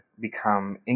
become